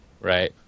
Right